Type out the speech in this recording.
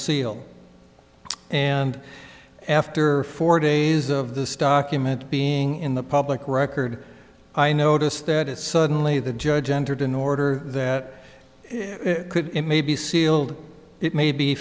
seal and after four days of this document being in the public record i noticed that it suddenly the judge entered an order that could it may be sealed it may be